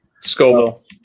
Scoville